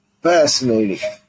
fascinating